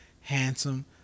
handsome